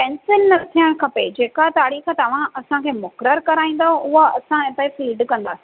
tension न थिअणु खपे जेका तारीख़ तव्हां असांखे मुकरर कराईंदा उहा असां हिते फीड कंदा